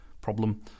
problem